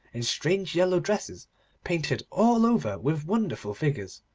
in strange yellow dresses painted all over with wonderful figures,